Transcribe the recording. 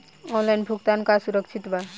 Online भुगतान का सुरक्षित बा?